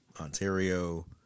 Ontario